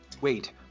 wait